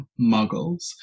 muggles